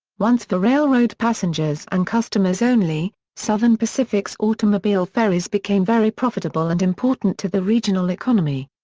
once for railroad passengers and customers only, southern pacific's automobile ferries became very profitable and important to the regional economy.